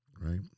right